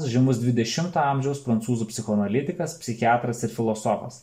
žymus dvidešimto amžiaus prancūzų psichoanalitikas psichiatras ir filosofas